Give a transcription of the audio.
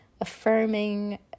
affirming